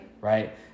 Right